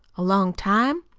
a long time?